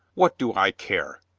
what do i care.